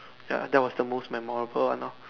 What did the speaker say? ya that was the most memorable one lor